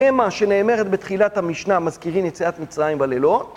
שנאמרת בתחילת המשנה, "מזכירין יציאת מצרים בלילות"